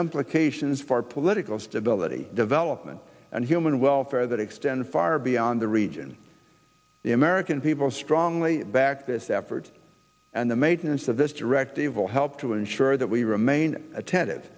amplifications far political stability development and human welfare that extend far beyond the region the american people strongly backed this effort and the maintenance of this directive will help to ensure that we remain attentive